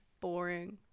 boring